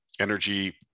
energy